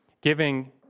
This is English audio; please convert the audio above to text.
giving